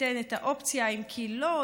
תיתן את האופציה אם כי"ל לא,